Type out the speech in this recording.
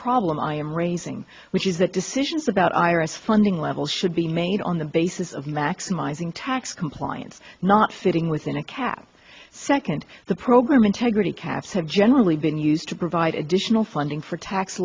problem i am raising which is that decisions about iras funding levels should be made on the basis of maximizing tax compliance not fitting within a cap second the program integrity caps have generally been used to provide additional funding for tax